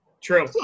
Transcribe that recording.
true